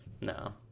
No